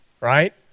Right